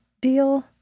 deal